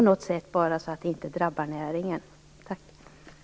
Det skulle ske på ett sätt så att näringen inte drabbas.